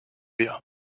wehr